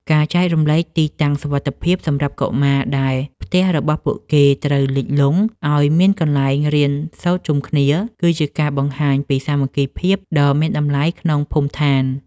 ការចែករំលែកទីតាំងសុវត្ថិភាពសម្រាប់កុមារដែលផ្ទះរបស់ពួកគេត្រូវលិចលង់ឱ្យមានកន្លែងរៀនសូត្រជុំគ្នា គឺជាការបង្ហាញពីសាមគ្គីភាពដ៏មានតម្លៃក្នុងភូមិឋាន។